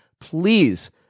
please